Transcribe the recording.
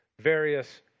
various